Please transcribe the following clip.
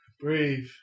Breathe